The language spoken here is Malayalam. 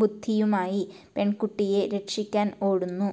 ബുദ്ധിയുമായി പെൺകുട്ടിയെ രക്ഷിക്കാൻ ഓടുന്നു